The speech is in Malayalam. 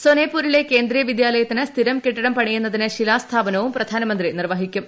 സൊനേപൂരിലെ കേന്ദ്രീയ വിദ്യാലയത്തിന് സ്ഥിരം കെട്ടിടം പണിയുന്നതിന് ശിലാസ്ഥാപനവും പ്രധാനമന്ത്രി നിർവ്വഹിക്കും